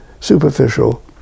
superficial